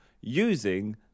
using